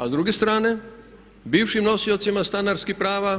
A s druge strane bivšim nosiocima stanarskih prava,